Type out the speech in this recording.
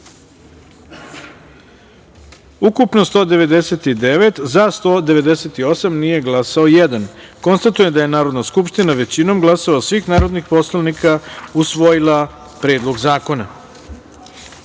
ukupno 199, za - 198, nije glasao - jedan. Konstatujem da je Narodna skupština većinom glasova svih narodnih poslanika usvojila Predlog zakona. Pre